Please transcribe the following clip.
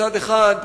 מצד אחד,